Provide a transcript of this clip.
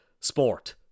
sport